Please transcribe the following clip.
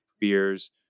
beers